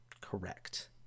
Correct